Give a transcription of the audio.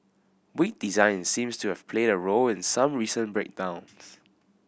weak design seems to have played a role in some recent breakdowns